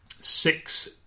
Six